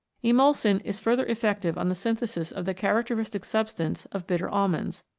emulsin is further effective on the synthesis of the characteristic substance of bitter almonds,